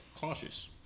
cautious